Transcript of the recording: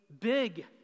big